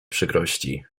przykrości